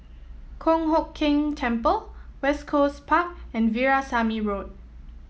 Kong Hock Keng Temple West Coast Park and Veerasamy Road